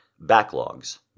Backlogs